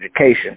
education